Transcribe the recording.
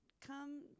come